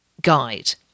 guide